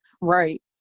Right